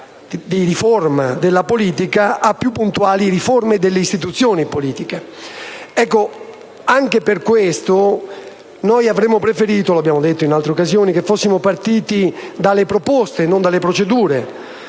di riforma della politica a più puntuali riforme delle istituzioni politiche. Anche per questo avremmo preferito - come abbiamo detto in altre occasioni - partire dalle proposte e non dalle procedure.